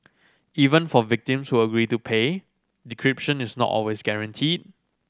even for victims who agree to pay decryption is not always guaranteed